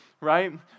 right